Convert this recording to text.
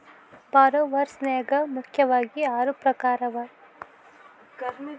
ಭಾರೊವರ್ಸ್ ನ್ಯಾಗ ಮುಖ್ಯಾವಗಿ ಆರು ಪ್ರಕಾರವ